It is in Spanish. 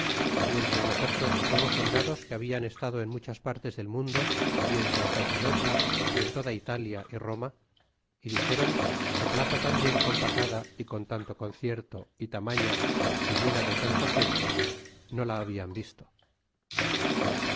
y entre nosotros hubo soldados que habian estado en muchas partes del mundo y en constantinopla y en toda italia y roma y dixéron que plaza tan bien compasada y con tanto concierto y tamaña y llena de tanta gente no la hablan visto